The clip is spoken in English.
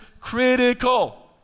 critical